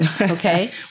okay